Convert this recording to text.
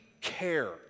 care